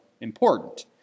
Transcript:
important